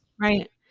Right